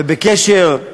ובקשר,